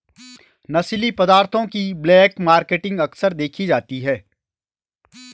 नशीली पदार्थों की ब्लैक मार्केटिंग अक्सर देखी जाती है